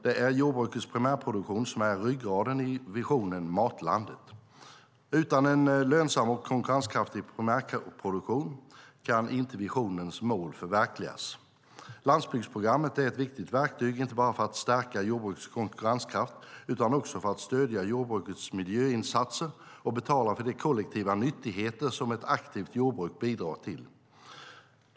Det är jordbrukets primärproduktion som är ryggraden i visionen Matlandet. Utan en lönsam och konkurrenskraftig primärproduktion kan inte visionens mål förverkligas. Landsbygdsprogrammet är ett viktigt verktyg, inte bara för att stärka jordbrukets konkurrenskraft utan också för att stödja jordbrukets miljöinsatser och betala för de kollektiva nyttigheter som ett aktivt jordbruk bidrar till.